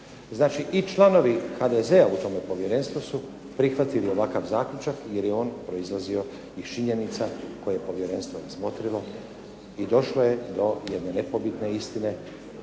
Znači i članovi HDZ-a u tome Povjerenstvu su prihvatili ovakav zaključak jer je ono proizlazio iz činjenica koje je Povjerenstvo razmotrilo i došlo je do jedne nepobitne istine